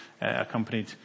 accompanied